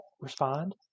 respond